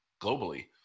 globally